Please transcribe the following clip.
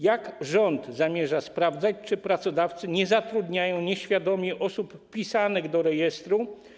Jak rząd zamierza sprawdzać, czy pracodawcy nie zatrudniają nieświadomie osób wpisanych do rejestru?